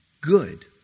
good